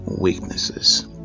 weaknesses